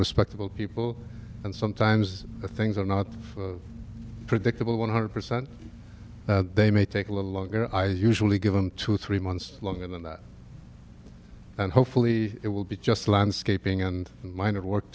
respectable people and sometimes things are not predictable one hundred percent they may take a little longer i usually give them two or three months longer than that and hopefully it will be just landscaping and mind of work